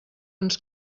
ens